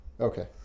Okay